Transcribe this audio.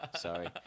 Sorry